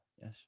Yes